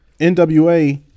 NWA